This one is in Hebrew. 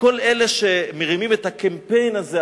כל אלה שמרימים את הקמפיין הזה,